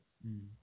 mm